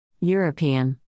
European